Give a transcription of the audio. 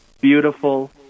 beautiful